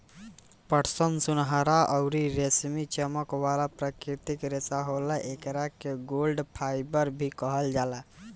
पटसन सुनहरा अउरी रेशमी चमक वाला प्राकृतिक रेशा होला, एकरा के गोल्डन फाइबर भी कहल जाला